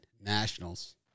Nationals